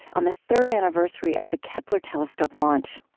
on the third anniversary of the kepler telescope launch.